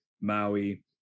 Maui